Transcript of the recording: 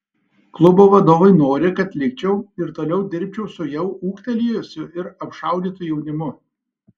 klubo vadovai nori kad likčiau ir toliau dirbčiau su jau ūgtelėjusiu ir apšaudytu jaunimu